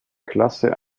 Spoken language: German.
klasse